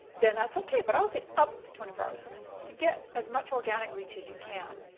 then that's okay. but i would say up to twenty four hours to get as much organic reach as you can.